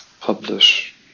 publish